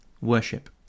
worship